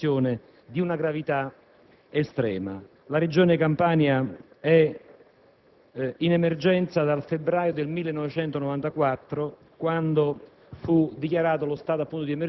con una serie di audizioni e con una missione in Campania che ha consentito di portare a conoscenza della Commissione una situazione di una gravità estrema. La Regione Campania si